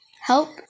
help